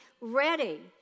ready